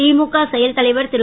திமுக செயல் தலைவர் திரு